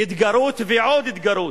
התגרות ועוד התגרות,